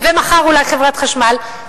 ומחר אולי חברת חשמל,